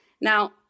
Now